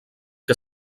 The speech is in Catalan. que